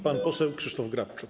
Pan poseł Krzysztof Grabczuk.